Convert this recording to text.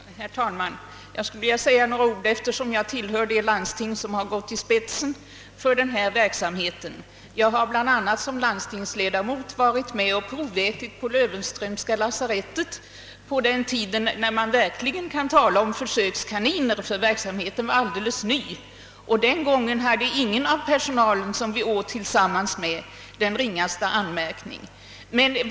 Herr talman! Jag vill säga några ord, eftersom jag tillhör det landsting som har gått i spetsen för denna verksamhet. Jag har bl.a. som landstingsledamot varit med om att proväta på Löwenströmska lasarettet under den tid då man verkligen kunde tala om försökskaniner och verksamheten var alldeles ny. Den gången hade ingen av personalen den ringaste anmärkning att göra.